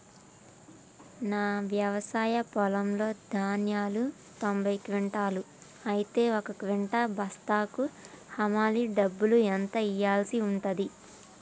నా వ్యవసాయ పొలంలో ధాన్యాలు తొంభై క్వింటాలు అయితే ఒక క్వింటా బస్తాకు హమాలీ డబ్బులు ఎంత ఇయ్యాల్సి ఉంటది?